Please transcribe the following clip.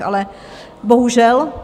Ale bohužel...